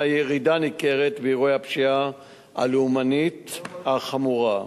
ירידה ניכרת באירועי הפשיעה הלאומנית החמורה,